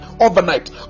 overnight